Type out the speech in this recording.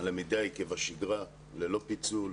הלמידה היא כבשגרה ללא פיצול,